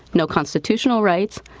no constitutional rights,